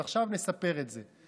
אז עכשיו נספר את זה.